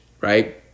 right